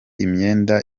imyenda